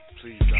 Please